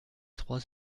trois